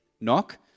Knock